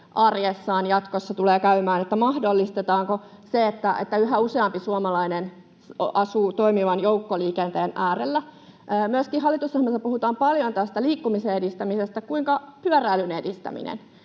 jatkossa tulee käymään — mahdollistetaanko se, että yhä useampi suomalainen asuu toimivan joukkoliikenteen äärellä? Myöskin hallitusohjelmassa puhutaan paljon tästä liikkumisen edistämisestä, kuinka pyöräilyn edistäminen?